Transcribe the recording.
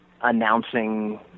announcing